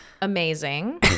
amazing